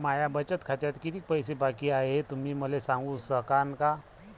माया बचत खात्यात कितीक पैसे बाकी हाय, हे तुम्ही मले सांगू सकानं का?